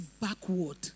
backward